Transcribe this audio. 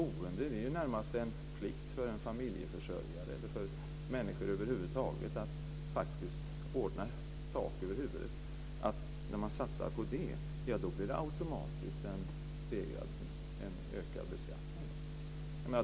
Jag menar att det närmast är en plikt för en familjeförsörjare eller för människor över huvud taget att faktiskt ordna tak över huvudet.